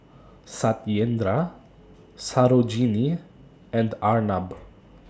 Satyendra Sarojini and Arnab